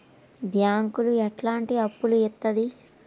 బ్యాంకులు ఎట్లాంటి అప్పులు ఇత్తది?